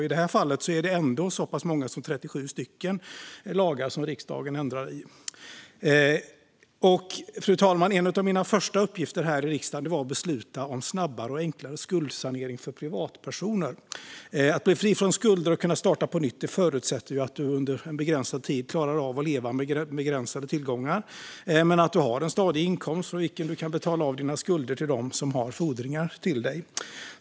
I det här fallet är det ändå så pass många som 37 lagar som riksdagen ändrar i. Fru talman! En av mina första uppgifter här i riksdagen var att besluta om snabbare och enklare skuldsanering för privatpersoner. Att bli fri från skulder och kunna starta på nytt förutsätter ju att du under en begränsad tid klarar av att leva med begränsade tillgångar, men att du har en stadig inkomst från vilken du kan betala av dina skulder till dem som har fordringar till dig.